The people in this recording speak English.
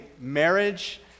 marriage